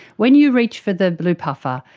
when you reach for the blue puffer,